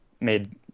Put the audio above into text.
Made